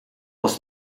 was